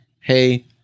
hey